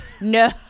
No